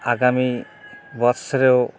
আগামী বৎসরেও